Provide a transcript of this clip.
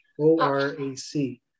O-R-A-C